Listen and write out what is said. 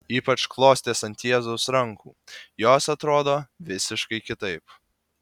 ypač klostės ant jėzaus rankų jos atrodo visiškai kitaip